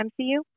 MCU